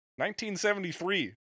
1973